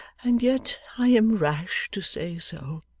and yet i am rash to say so.